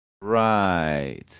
Right